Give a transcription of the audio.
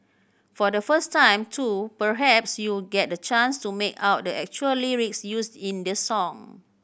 for the first time too perhaps you'll get the chance to make out the actual lyrics used in the song